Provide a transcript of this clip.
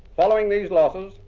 following these losses,